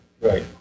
Right